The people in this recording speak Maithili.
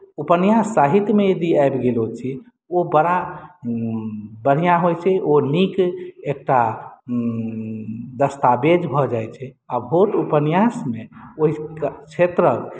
उपन्यास साहित्यमे यदि आबि गेल ओ चीज ओ बड़ा बढ़ियाँ होइत छै ओ नीक एकटा दस्तावेज भऽ जाइत छै आ भोट उपन्यासमे ओहि क्षेत्रक